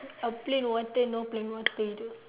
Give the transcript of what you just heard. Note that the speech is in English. uh plain water no plain water